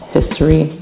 History